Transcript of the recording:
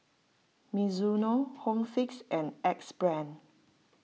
Mizuno Home Fix and Axe Brand